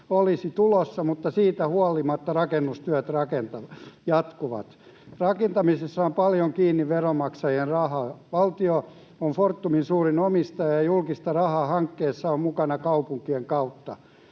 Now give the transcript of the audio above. olisi tulossa, mutta siitä huolimatta rakennustyöt jatkuvat. Rakentamisessa on paljon kiinni veronmaksajien rahaa. Valtio on Fortumin suurin omistaja, ja julkista rahaa hankkeessa on mukana kaupunkien kautta.